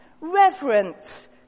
reverence